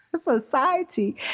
society